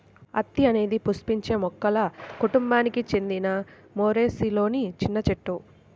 అత్తి అనేది పుష్పించే మొక్కల కుటుంబానికి చెందిన మోరేసిలోని చిన్న చెట్టు